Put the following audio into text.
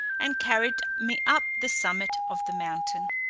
and carried me up the summit of the mountain.